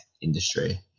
industry